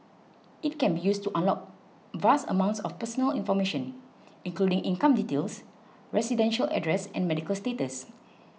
it can be used to unlock vast amounts of personal information including income details residential address and medical status